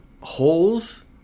holes